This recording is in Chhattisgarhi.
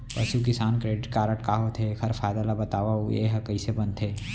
पसु किसान क्रेडिट कारड का होथे, एखर फायदा ला बतावव अऊ एहा कइसे बनथे?